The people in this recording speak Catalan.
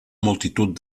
multitud